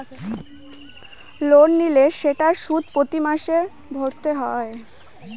loan নিলে সেটার সুদ প্রতি মাসে ভরতে হয়